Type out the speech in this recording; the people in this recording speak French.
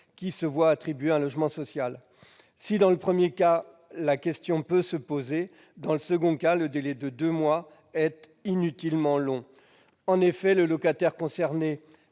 qui se voient attribuer un logement social. Si, dans le premier cas, la question peut effectivement se poser, dans le second, le délai de deux mois est inutilement long. En effet, le locataire concerné